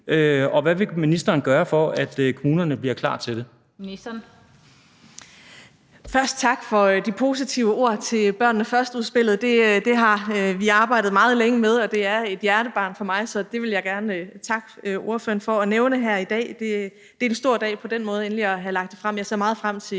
og ældreministeren (Astrid Krag): Først vil jeg sige tak for de positive ord til »Børnene Først«-udspillet. Det har vi arbejdet meget længe med, og det er et hjertebarn for mig, så det vil jeg gerne takke spørgeren for at nævne her i dag. Det er en stor dag på den måde endelig at have lagt det frem, og jeg ser meget frem til